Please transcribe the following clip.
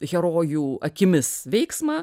herojų akimis veiksmą